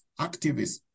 activists